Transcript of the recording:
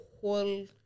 whole